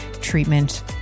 treatment